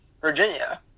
Virginia